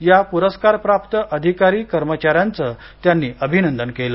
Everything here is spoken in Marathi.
या पुरस्कारप्राप्त अधिकारी कर्मचाऱ्यांचे त्यांनी अभिनंदन केले